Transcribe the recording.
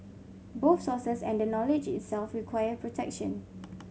both sources and the knowledge itself require protection